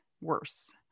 worse